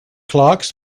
clocks